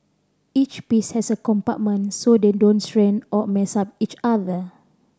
each piece has a compartment so they don't stain or mess up each other